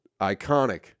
iconic